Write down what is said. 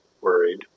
worried